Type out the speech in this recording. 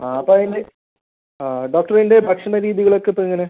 ആ അപ്പോൾ അതിന് ആ ഡോക്ടർ ഇതിൻ്റെ ഭക്ഷണ രീതികളൊക്കെ അപ്പോൾ എങ്ങനെ